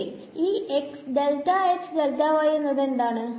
ശെരി ഈ എന്നത് എന്താണ്